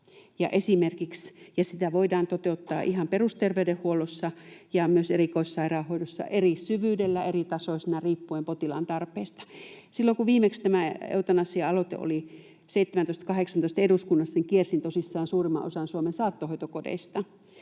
sitä voidaan toteuttaa ihan perusterveydenhuollossa ja myös erikoissairaanhoidossa eri syvyydellä, eri tasoisina riippuen potilaan tarpeista. Silloin kun viimeksi tämä eutanasia-aloite oli vuosina 17—18 eduskunnassa, niin kiersin tosissaan suurimman osan Suomen saattohoitokodeista.